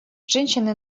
женщины